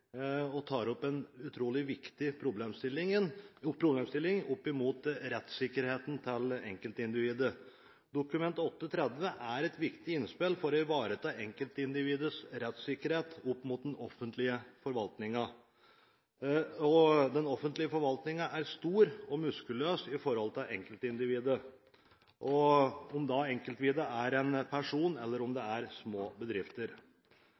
Dokument 8:30 L er et viktig innspill for å ivareta enkeltindividets rettssikkerhet opp mot den offentlige forvaltningen. Den offentlige forvaltningen er stor og muskuløs i forhold til enkeltindividet, om enkeltindividet er en person, eller om det er små bedrifter.